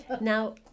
Now